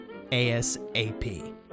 ASAP